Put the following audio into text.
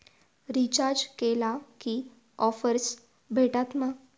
Recharge केला की offers भेटात मा?